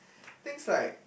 things like